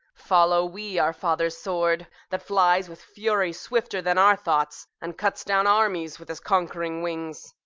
follow we our father's sword, that flies with fury swifter than our thoughts, and cuts down armies with his conquering wings.